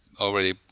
already